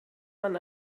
man